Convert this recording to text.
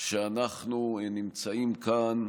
שאנחנו נמצאים כאן,